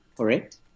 correct